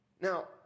Now